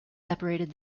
separated